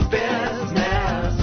business